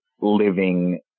living